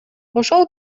ошол